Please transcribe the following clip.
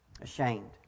ashamed